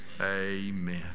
amen